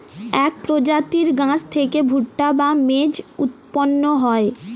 এক প্রজাতির গাছ থেকে ভুট্টা বা মেজ উৎপন্ন হয়